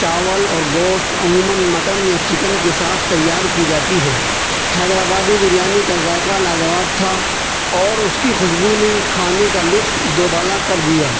چاول اور گوشت عموماً مٹن یا چکن کے ساتھ تیار کی جاتی ہے حیدر آبادی بریانی کا ذائقہ لاجواب تھا اور اس کی خوشبو نے کھانے کا لطف دوبالا کر دیا